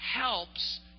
helps